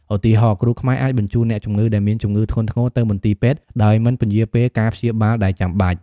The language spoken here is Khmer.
ឧទាហរណ៍ គ្រូខ្មែរអាចបញ្ជូនអ្នកជំងឺដែលមានជំងឺធ្ងន់ធ្ងរទៅមន្ទីរពេទ្យដោយមិនពន្យារពេលការព្យាបាលដែលចាំបាច់។